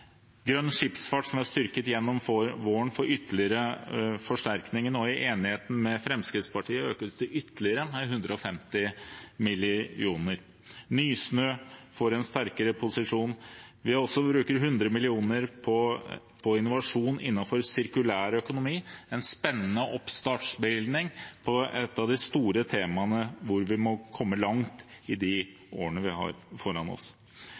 Grønn skipsfart, som vi har styrket gjennom våren, får ytterligere forsterkninger. I enigheten med Fremskrittspartiet økes det med ytterligere 150 mill. kr. Nysnø får en sterkere posisjon. Vi bruker også 100 mill. kr på innovasjon innenfor sirkulær økonomi. Det er en spennende oppstartsbevilgning for et de store temaene vi må komme langt på i de årene vi har foran oss.